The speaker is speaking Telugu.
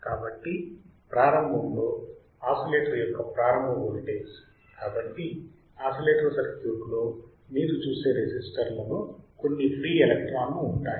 కాబట్టి ప్రారంభములో ఆసిలేటర్ యొక్క ప్రారంభ వోల్టేజ్ కాబట్టి ఆసిలేటర్ సర్క్యూట్లో మీరు చూసే రెసిస్టర్ లలో కొన్ని ఫ్రీ ఎలక్ట్రాన్లు ఉంటాయి